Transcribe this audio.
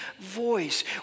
voice